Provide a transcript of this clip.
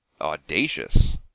Audacious